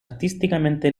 artísticamente